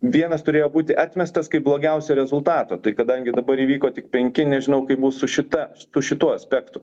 vienas turėjo būti atmestas kaip blogiausio rezultato tai kadangi dabar įvyko tik penki nežinau kaip bus su šita su šituo aspektu